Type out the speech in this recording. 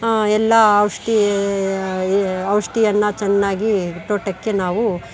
ಎಲ್ಲ ಔಷಧಿ ಔಷಧಿಯನ್ನ ಚೆನ್ನಾಗಿ ತೋಟಕ್ಕೆ ನಾವು